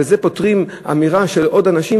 ובזה פוטרים אמירה של עוד אנשים,